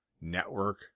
network